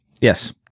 Yes